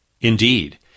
Indeed